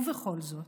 ובכל זאת,